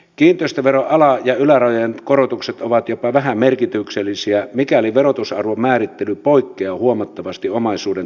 kiinteistöveron ala ja ylärajojen korotukset ovat jopa vähämerkityksisiä mikäli verotusarvon määrittely poikkeaa huomattavasti omaisuuden todellisesta arvosta